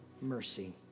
mercy